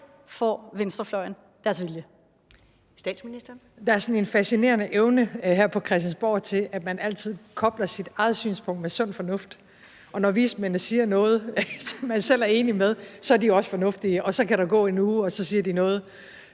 Frederiksen): Der er sådan en fascinerende evne her på Christiansborg til, at man altid kobler sit eget synspunkt med sund fornuft, og når vismændene siger noget, som man selv er enig i, er de også fornuftige. Så kan der gå en uge, og så siger de noget,